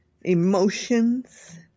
emotions